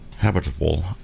habitable